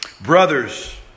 Brothers